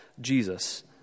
Jesus